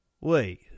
wait